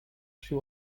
she